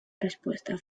respuesta